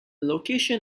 location